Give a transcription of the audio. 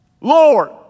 Lord